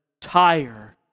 tire